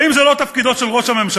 האם זה לא תפקידו של ראש הממשלה?